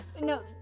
No